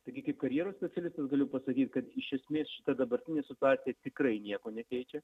taigi kaip karjeros specialistas galiu pasakyt kad iš esmės šita dabartinė situacija tikrai nieko nekeičia